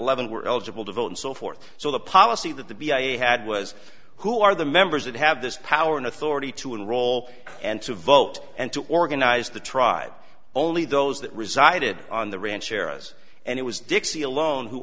eleven were eligible to vote and so forth so the policy that the b i had was who are the members that have this power and authority to enroll and to vote and to organize the tribe only those that resided on the rancheros and it was dixie alone who